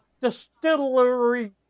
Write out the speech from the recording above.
distillery